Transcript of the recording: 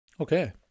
Okay